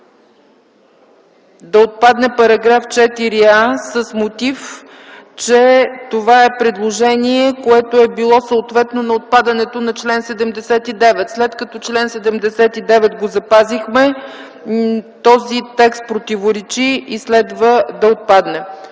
да отпадне § 4а с мотив, че това е предложение, което е било съответно на отпадането на чл. 79. След като запазихме чл. 79, този текст противоречи и следва да отпадне.